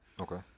Okay